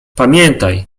pamiętaj